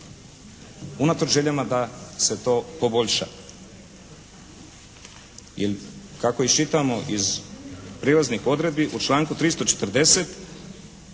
unatoč željama da se to poboljša? Jer, kako iščitavamo iz prijelaznih odredbi u članku 340.